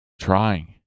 trying